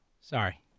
Sorry